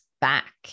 back